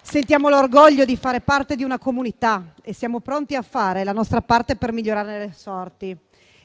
sentiamo l'orgoglio di fare parte di una comunità e siamo pronti a fare la nostra parte per migliorarne le sorti